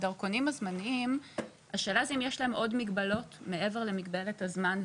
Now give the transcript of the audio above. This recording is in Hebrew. האם יש לדרכונים הזמניים עוד מגבלות מעבר למגבלת הזמן והעלות?